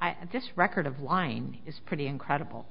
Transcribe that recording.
have this record of lying is pretty incredible